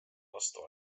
vastu